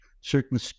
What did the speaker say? Certain